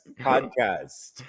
podcast